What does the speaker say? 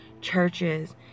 churches